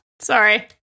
Sorry